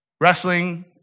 wrestling